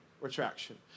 retraction